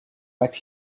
but